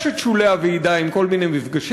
יש את שולי הוועידה עם כל מיני מפגשים,